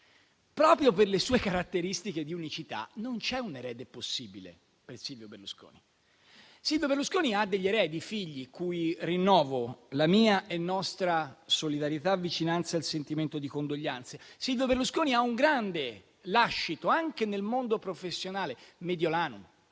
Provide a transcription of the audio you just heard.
Proprio per le sue caratteristiche di unicità, non c'è un erede possibile per Silvio Berlusconi. Egli ha degli eredi, i figli, cui rinnovo la mia e nostra solidarietà, vicinanza e il sentimento di condoglianze. Silvio Berlusconi ha un grande lascito anche nel mondo professionale: Mediolanum,